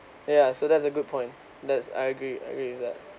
ya so that's a good point that's I agree I agree with that